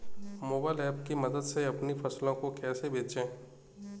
Mobile app की मदद से अपनी फसलों को कैसे बेचें?